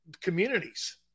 communities